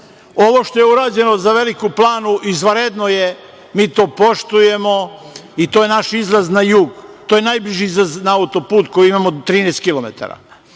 što je urađeno za Veliku Planu, izvanredno je, mi to poštujemo i to je naš izlaz na jug. To je najbliži izlaz na autoput koji imamo 13 kilometara.Međutim,